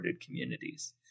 communities